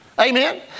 Amen